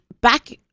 back